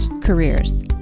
careers